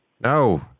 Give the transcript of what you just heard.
No